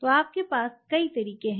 तो आपके पास कई तरीके हैं